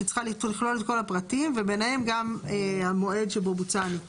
היא צריכה לכלול את כל הפרטים ובניהם גם המועד שבו בוצע הניתוח.